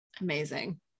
Amazing